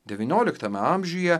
devynioliktame amžiuje